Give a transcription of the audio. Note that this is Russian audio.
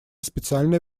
специальное